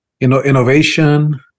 Innovation